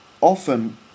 Often